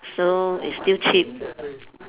so it's still cheap